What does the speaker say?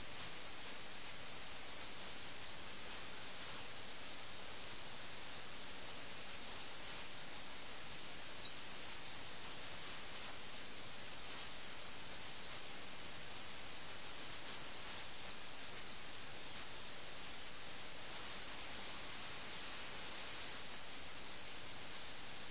ആളുകളുടെ തിരക്ക് തീരെയില്ലാത്ത ഏകാന്തമായ ഒരു കായിക വിനോദം രണ്ട് കഥാപാത്രങ്ങൾ ഈ ആളൊഴിഞ്ഞ മസ്ജിദ് ജീർണിച്ച പള്ളി ഇപ്പോൾ പ്രവർത്തിക്കാത്ത ഒരു പള്ളി വീണ്ടും അത് ഈ കഥയിലെ വളരെ രസകരമായ ഒരു പ്രതീകമാണ്